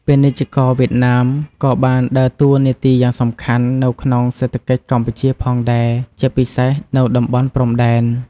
ពាណិជ្ជករវៀតណាមក៏បានដើរតួនាទីយ៉ាងសំខាន់នៅក្នុងសេដ្ឋកិច្ចកម្ពុជាផងដែរ ជាពិសេសនៅតំបន់ព្រំដែន។